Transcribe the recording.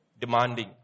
demanding